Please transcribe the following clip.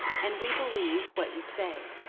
and we believe what you say.